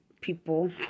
People